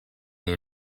they